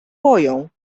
boją